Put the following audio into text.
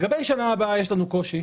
לגבי שנה הבאה יש לנו קושי,